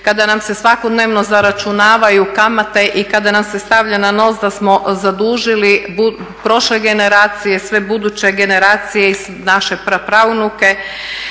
kada nam se svakodnevno zaračunavaju kamate i kada nam se stavlja na nos da smo zadužili prošle generacije, sve buduće generacije i naše praunuke